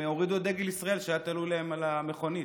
הורידו את דגל ישראל שהיה תלוי להן על המכונית.